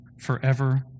forever